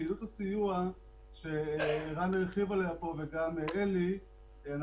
לכן אני מפציר בחברי הכנסת וגם במי שיהיה חלק